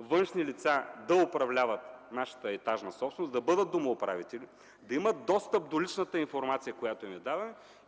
външни лица да управляват нашата собственост, да бъдат домоуправители, да имат достъп до личната информация?! А